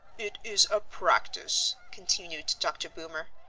it is a practice, continued dr. boomer,